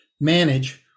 manage